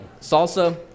salsa